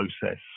process